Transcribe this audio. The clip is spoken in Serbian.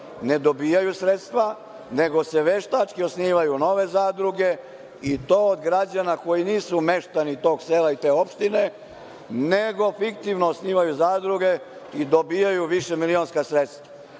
ne dobijaju sredstva, nego se veštački osnivaju nove zadruge, i to od građana koji nisu meštani tog sela i te opštine, nego fiktivno osnivaju zadruge i dobijaju višemilionska sredstva.